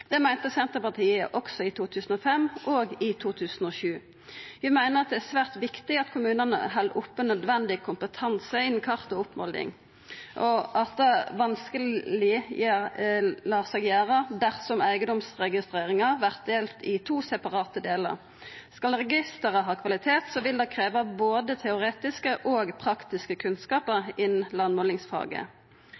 Det meinte Senterpartiet også i 2005 og i 2007. Vi meiner det er svært viktig at kommunane held oppe nødvendig kompetanse innan kart og oppmåling, og at det vanskeleg lèt seg gjera dersom eigedomsregistreringar vert delte i to separate delar. Skal registeret ha kvalitet, vil det krevja både teoretiske og praktiske kunnskapar